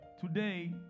today